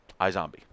iZombie